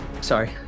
Sorry